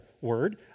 word